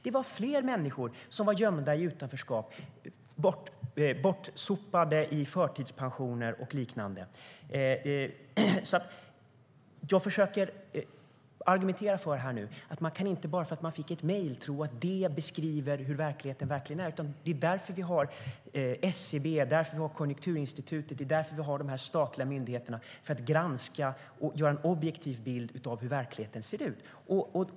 Det var fler människor som var gömda i utanförskap och bortsopade i förtidspensioner och liknande. Jag försöker här argumentera för att man, bara för att man fick ett mejl, inte kan tro att det beskriver hur verkligheten verkligen är. Det är därför som vi har SCB, Konjunkturinstitutet och andra statliga myndigheter för att granska och ge en objektiv bild av hur verkligheten ser ut.